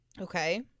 Okay